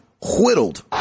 whittled